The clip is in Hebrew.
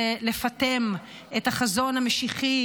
ולפטם את החזון המשיחי,